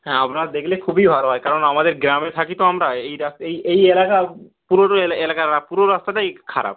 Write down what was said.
হ্যাঁ আপনারা দেখলে খুবই ভালো হয় কারণ আমাদের গ্রামে থাকি তো আমরা এই রাস্তায় এই এই এলাকা পুরোনো এলা এলাকারা পুরো রাস্তাটাই খারাপ